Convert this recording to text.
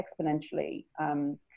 exponentially